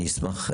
אני אשמח,